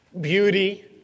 beauty